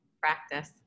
practice